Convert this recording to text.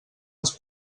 els